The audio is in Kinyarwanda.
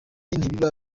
ntibiba